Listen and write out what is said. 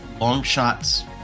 Longshot's